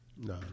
No